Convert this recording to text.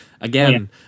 Again